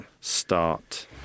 start